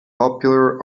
popular